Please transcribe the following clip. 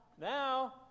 now